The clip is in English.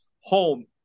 home